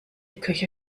köche